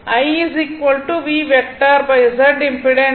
i Z impedance